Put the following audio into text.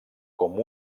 com